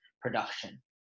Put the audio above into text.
production